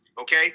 okay